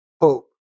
hope